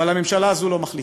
אבל הממשלה הזאת לא מחליטה,